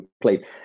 played